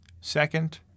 Second